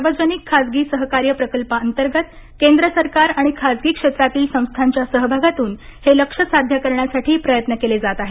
सार्वजनिक खाजगी सहकार्य प्रकाल्पाअंतर्गत केंद्र सरकार आणि खाजगी क्षेत्रातील संस्थांच्या सहभागातून हे लक्ष्य साध्य करण्यासाठी प्रयत्न केले जात आहेत